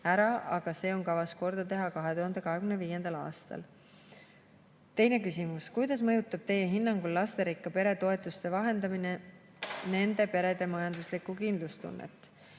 ära, aga see on kavas korda teha 2025. aastal. Teine küsimus: "Kuidas mõjutab Teie hinnangul lasterikka pere toetuste vähendamine nende perede majanduslikku kindlustunnet?"